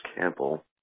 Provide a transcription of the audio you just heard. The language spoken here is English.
Campbell